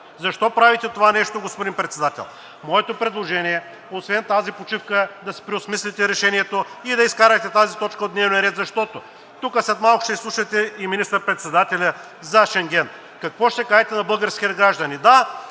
Защо правите това нещо, господин Председател?! Моето предложение е освен тази почивка да си преосмислите решението и да изкарате тази точка от дневния ред, защото тук след малко ще изслушате и министър-председателя за Шенген. Какво ще кажете на българските граждани?